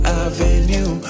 avenue